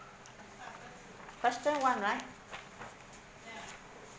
question one right